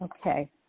Okay